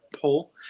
poll